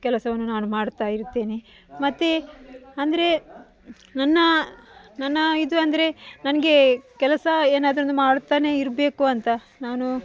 ಕೆಲಸವನ್ನು ನಾನು ಮಾಡ್ತಾ ಇರ್ತೇನೆ ಮತ್ತೆ ಅಂದರೆ ನನ್ನ ನನ್ನ ಇದು ಅಂದರೆ ನನಗೆ ಕೆಲಸ ಏನಾದ್ರೂ ಒಂದು ಮಾಡುತ್ತಲೇ ಇರಬೇಕು ಅಂತ ನಾನು